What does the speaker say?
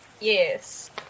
Yes